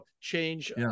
change